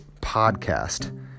podcast